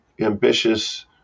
ambitious